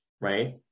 right